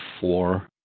four